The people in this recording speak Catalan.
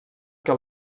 que